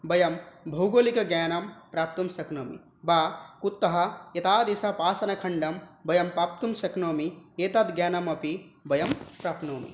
वयं भौगोलिकज्ञानं प्राप्तुं शक्नोमि वा कुतः एतादृशपाषाणखण्डं वयं पाप्तुं शक्नोमि एतद् ज्ञानम् अपि वयं प्राप्नोमि